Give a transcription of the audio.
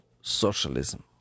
socialism